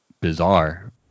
bizarre